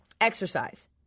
Exercise